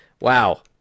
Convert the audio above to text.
wow